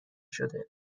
شده